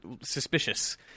suspicious